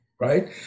right